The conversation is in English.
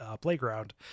playground